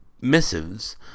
missives